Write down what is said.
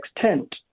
extent